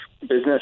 business